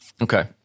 Okay